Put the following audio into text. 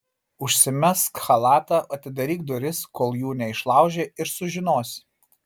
užsimesk chalatą atidaryk duris kol jų neišlaužė ir sužinosi